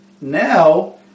now